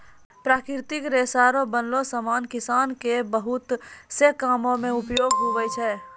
प्राकृतिक रेशा रो बनलो समान किसान के बहुत से कामो मे उपयोग हुवै छै